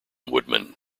woodman